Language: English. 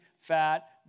fat